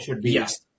Yes